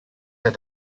that